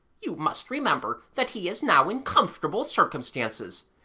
you must remember that he is now in comfortable circumstances,